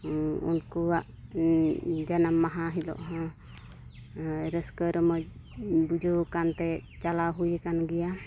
ᱩᱱᱠᱩᱣᱟᱜ ᱡᱟᱱᱟᱢ ᱢᱟᱦᱟ ᱦᱤᱞᱳᱜ ᱦᱚᱸ ᱨᱟᱹᱥᱠᱟᱹ ᱨᱚᱢᱚᱡᱽ ᱵᱩᱡᱷᱟᱹᱣ ᱠᱟᱱᱛᱮ ᱪᱟᱞᱟᱣ ᱦᱩᱭ ᱠᱟᱱ ᱜᱮᱭᱟ